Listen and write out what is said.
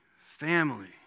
family